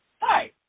Hi